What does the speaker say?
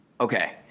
Okay